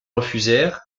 refusèrent